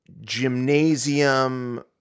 gymnasium